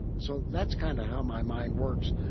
so that's kind of how my mind works.